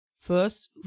First